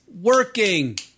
working